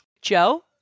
Joe